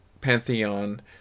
pantheon